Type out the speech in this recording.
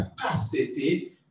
capacity